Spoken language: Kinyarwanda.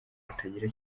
batagira